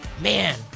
Man